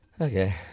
Okay